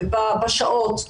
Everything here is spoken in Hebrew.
בשעות.